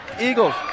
Eagles